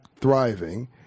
thriving